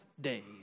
day